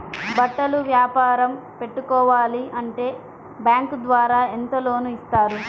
బట్టలు వ్యాపారం పెట్టుకోవాలి అంటే బ్యాంకు ద్వారా ఎంత లోన్ ఇస్తారు?